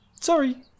Sorry